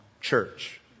church